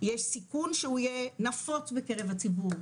יש סיכון שהוא יהיה נפוץ בקרב הציבור,